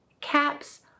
caps